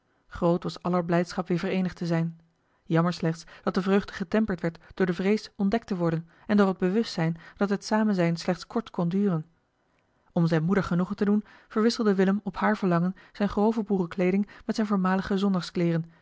groot was aller blijdschap weer vereenigd te zijn jammer slechts dat de vreugde getemperd werd door de vrees ontdekt te worden en door het bewustzijn dat het samenzijn slechts kort kon duren om zijne moeder genoegen te doen verwisselde willem op haar verlangen zijne grove boerenkleeding met zijne voormalige